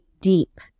deep